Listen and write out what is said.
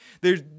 There's-